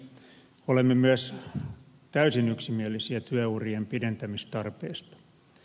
olemme myös täysin yksimielisiä työurien pidentämistarpeesta